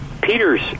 Peter's